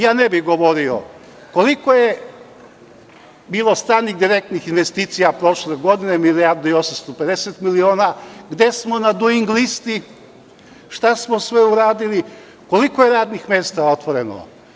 Ja ne bih govorio koliko je bilo stranih direktnih investicija prošle godine, milijardu i 850 miliona, gde smo na Duing listi, šta smo sve uradili, koliko je radnih mesta otvoreno.